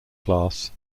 class